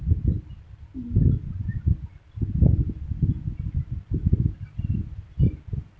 mm